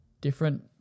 different